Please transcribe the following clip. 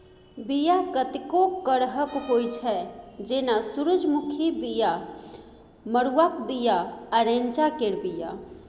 बीया कतेको करहक होइ छै जेना सुरजमुखीक बीया, मरुआक बीया आ रैंचा केर बीया